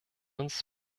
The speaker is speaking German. uns